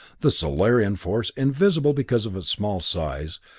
the solarian force, invisible because of its small size,